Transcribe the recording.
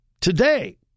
today